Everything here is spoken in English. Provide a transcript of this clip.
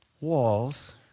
walls